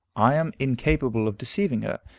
i am incapable of deceiving her,